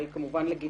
היא כמובן לגיטימית